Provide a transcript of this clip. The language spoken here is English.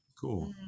cool